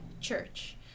Church